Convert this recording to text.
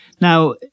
Now